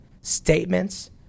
statements